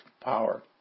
power